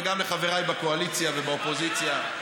וגם לחבריי בקואליציה ובאופוזיציה.